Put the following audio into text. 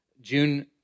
June